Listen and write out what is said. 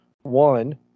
one